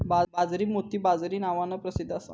बाजरी मोती बाजरी नावान प्रसिध्द असा